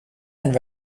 and